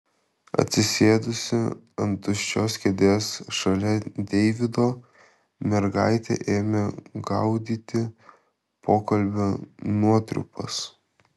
atsisėdusi ant tuščios kėdės šalia deivido mergaitė ėmė gaudyti pokalbio nuotrupas